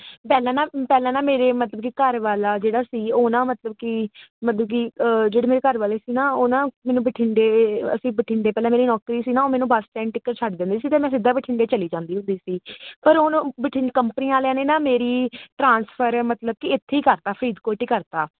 ਪਹਿਲਾਂ ਨਾ ਪਹਿਲਾਂ ਨਾ ਮੇਰੇ ਮਤਲਬ ਕਿ ਘਰ ਵਾਲਾ ਜਿਹੜਾ ਸੀ ਉਹ ਨਾ ਮਤਲਬ ਕਿ ਮਤਲਬ ਕਿ ਜਿਹੜੇ ਮੇਰੇ ਘਰ ਵਾਲੇ ਸੀ ਨਾ ਉਹ ਨਾ ਮੈਨੂੰ ਬਠਿੰਡੇ ਅਸੀਂ ਬਠਿੰਡੇ ਪਹਿਲਾਂ ਮੇਰੀ ਨੌਕਰੀ ਸੀ ਨਾ ਉਹ ਮੈਨੂੰ ਬੱਸ ਸਟੈਂਡ ਤਿਕਰ ਛੱਡ ਦਿੰਦੇ ਸੀ ਤੇ ਮੈਂ ਸਿੱਧਾ ਬਠਿੰਡੇ ਚਲੀ ਜਾਂਦੀ ਹੁੰਦੀ ਸੀ ਪਰ ਹੁਣ ਬਠਿੰਡ ਕੰਪਨੀਆਂ ਵਾਲਿਆਂ ਨੇ ਨਾ ਮੇਰੀ ਟਰਾਂਸਫਰ ਮਤਲਬ ਕਿ ਇੱਥੇ ਹੀ ਕਰਤਾ ਫਰੀਦਕੋਟ ਈ ਕਰਤਾ